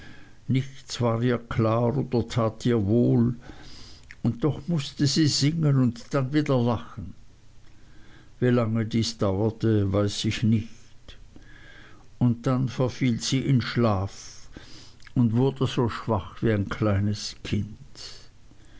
nichts war ihr klar oder tat ihr wohl und doch mußte sie singen und dann wieder lachen wie lange dies dauerte weiß ich nicht und dann verfiel sie in schlaf und wurde so schwach wie ein kleines kind